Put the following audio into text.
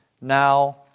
now